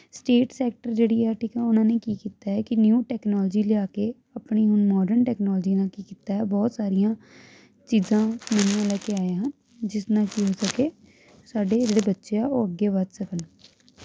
state sector ਜਿਹੜੀ ਆ ਠੀਕ ਆ ਉਹਨਾਂ ਨੇ ਕੀ ਕੀਤਾ ਕੀ ਨਿਊ ਟੈਕਨੋਲੋਜੀ ਲਿਆ ਕੇ ਆਪਣੀ ਹੁਣ ਮਾਡਰਨ ਟੈਕਨੋਲੋਜੀ ਨਾਲ ਕੀ ਕੀਤਾ ਬਹੁਤ ਸਾਰੀਆਂ ਚੀਜ਼ਾਂ ਨੂੰ ਲੈ ਕੇ ਆਏ ਆ ਜਿਸ ਨਾਲ ਕੀ ਹੋ ਸਕੇ ਸਾਡੇ ਜਿਹੜੇ ਬੱਚੇ ਆ ਉਹ ਅੱਗੇ ਵੱਧ ਸਕਣ